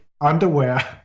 underwear